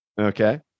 Okay